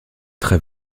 très